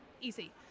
Easy